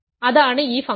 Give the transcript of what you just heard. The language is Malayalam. അതാണ് ഈ ഫംഗ്ഷൻ